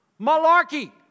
Malarkey